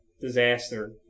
disaster